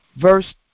Verse